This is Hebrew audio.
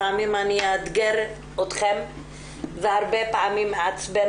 לפעמים אני אאתגר אתכם והרבה פעמים אעצבן